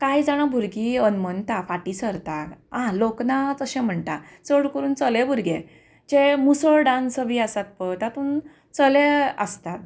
कांय जाणां भुरगीं अनमनता फाटीं सरता आं लोकनाच अशें म्हणटा चड करून चले भुरगे जे मुसळ डान्स बी आसात पय तातूंत चले आसतात